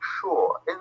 sure